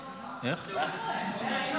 שניהם.